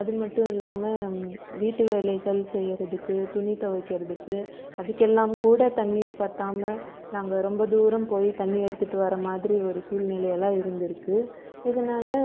அது மட்டும் இல்லாமல் வீட்டு வேலைகள் செய்கிறத்துக்கு துணி துவைக்கிறத்துக்கு அதுக்கெல்லாம் கூட தண்ணீர் பற்றாம நாங்கள் ரொம்ப தூரம் போய் தண்ணி எடுத்துகிட்டு வர மாதிரி ஒரு சூழ்நிலையெல்லாம் இருந்துருக்குது இதனால்